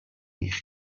eich